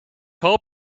hoop